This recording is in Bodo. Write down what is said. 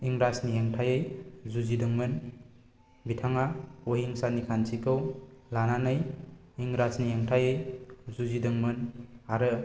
इंराजनि हेंथायै जुजिदोंमोन बिथाङा अहिंसानि खान्थिखौ लानानै इंराजनि हेंथायै जुजिदोंमोन आरो